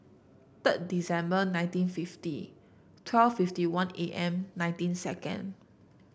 third December nineteen fifty twelve fifty one A M nineteen second